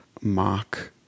mock